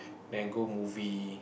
then go movie